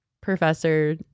professor